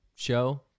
show